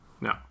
No